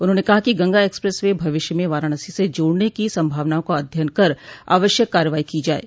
उन्होंने कहा कि गंगा एक्सप्रे वे भविष्य में वाराणसी से जोड़ने की संभावनाओं का अध्ययन कर आवश्यक कार्यवाही की जाये